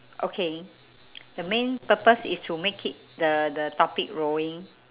okay the main purpose is to make it the the topic rolling